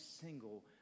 single